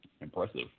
Impressive